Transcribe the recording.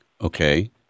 Okay